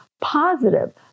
positive